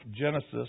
Genesis